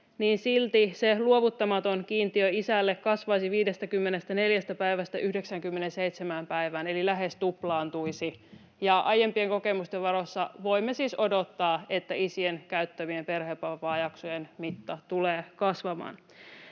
silti se luovuttamaton kiintiö isälle kasvaisi 54 päivästä 97 päivään eli lähes tuplaantuisi. Aiempien kokemusten valossa voimme siis odottaa, että isien käyttämien perhevapaajaksojen mitta tulee kasvamaan.